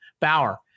Bauer